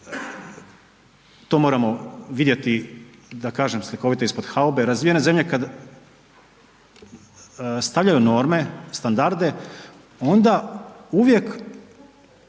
to moramo vidjeti da kažem slikovito ispod haube, razvijene zemlje kad stavljaju norme, standarde onda uvijek